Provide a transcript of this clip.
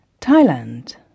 Thailand